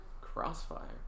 Crossfire